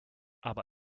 aber